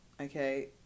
Okay